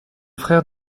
frère